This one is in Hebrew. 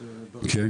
אוקיי,